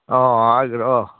ꯑꯥ ꯍꯥꯏꯒ꯭ꯔꯣ